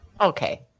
Okay